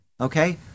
Okay